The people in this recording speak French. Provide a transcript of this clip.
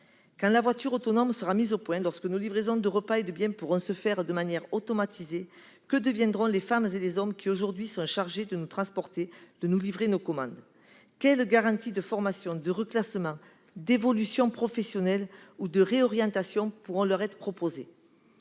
Quand la voiture autonome sera mise au point, lorsque nos livraisons de repas et de biens pourront se faire de manière automatisée, que deviendront les femmes et les hommes qui aujourd'hui sont chargés de nous transporter et de livrer nos commandes ? Quelles garanties de formation, de reclassement, d'évolution professionnelle ou de réorientation pourront leur être proposées ?